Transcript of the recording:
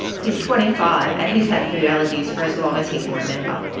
he is twenty five and he has had food allergies for as long as he can remember.